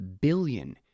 billion